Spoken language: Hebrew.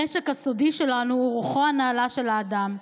הנשק הסודי שלנו הוא רוחו הנעלה של האדם.